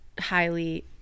highly